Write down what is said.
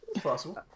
possible